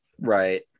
right